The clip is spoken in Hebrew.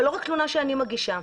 ולא רק תלונה שאני מגישה.